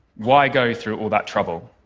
why go through all that trouble?